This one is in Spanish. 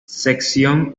sección